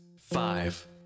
five